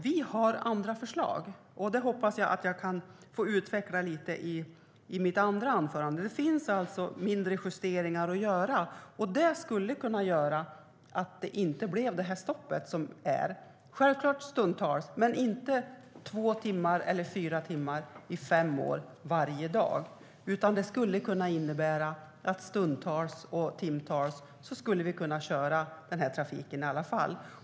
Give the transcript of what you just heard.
Vi har andra förslag, och det hoppas jag kunna utveckla lite mer i nästa anförande. Några mindre justeringar skulle kunna göra att det inte blev detta stopp. Självklart skulle det bli stopp stundtals men inte i två eller fyra timmar varje dag i fem år, och emellanåt skulle man kunna köra denna trafik i alla fall.